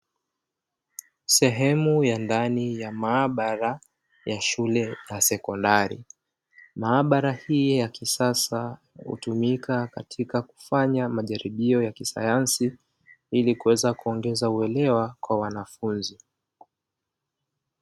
Sehemu ya ndani ya maabara ya shule ya sekondari, maabara hii ya kisasa hutumika katika kufanya majaribio ya kisayansi ili kuweza kuongeza uelewa kwa wanafunzi.